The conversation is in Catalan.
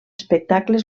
espectacles